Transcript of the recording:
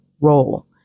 role